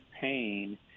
pain